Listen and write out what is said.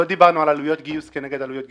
לא דיברנו על עלויות גיוס כנגד עלויות גיוס.